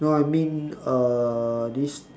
no I mean uh this